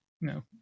no